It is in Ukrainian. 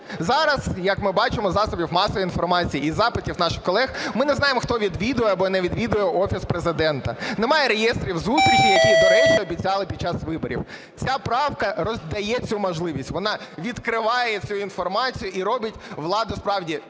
Зараз як ми бачимо із засобів масової інформації, із запитів наших колег, ми не знаємо, хто відвідує або не відвідує Офіс Президента. Немає реєстрів зустрічей, які, до речі, обіцяли під час виборів. Ця правка роздає цю можливість, вона відкриває цю інформацію і робить владу справді